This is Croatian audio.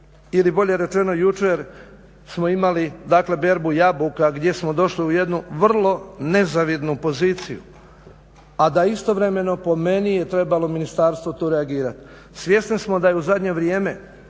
ili bolje rečeno jučer smo imali dakle berbu jabuka gdje smo došli u jednu vrlo nezavidnu poziciju. A da istovremeno po meni je trebalo ministarstvo tu reagirati. Svjesni smo da je u zadnje vrijeme